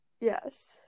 Yes